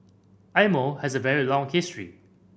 Eye Mo has a very long history